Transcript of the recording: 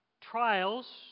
Trials